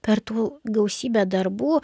per tų gausybę darbų